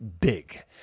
big